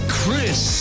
Chris